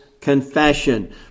confession